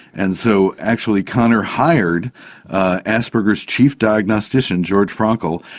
and so actually kanner hired asperger's chief diagnostician george frankl,